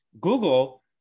Google